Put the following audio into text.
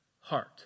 heart